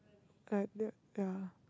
like the ya